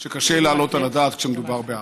שקשה להעלות על הדעת כשמדובר באפריקה.